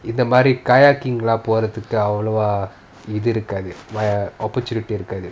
இந்த மாரி:intha maari kayaking லாம் போறதுக்கு அவ்ளோவா இது இருக்காது:laam porathuku avlovaa ithu irukathu opportunity இருக்காது:irukaathu